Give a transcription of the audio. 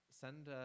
send